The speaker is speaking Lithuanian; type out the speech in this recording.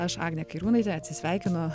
aš agnė kairiūnaitė atsisveikinu